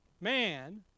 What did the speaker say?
man